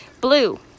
Blue